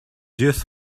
youth